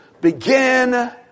begin